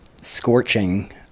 scorching